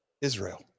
Israel